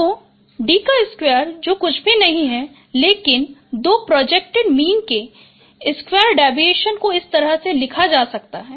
तो D2 जो कुछ भी नहीं है लेकिन दो प्रोजेक्टेड मीन के स्क्वायर डेविएशन को इस तरह से लिखा जा सकता है